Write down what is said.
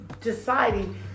deciding